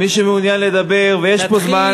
מי שמעוניין לדבר ויש לו זמן,